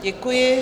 Děkuji.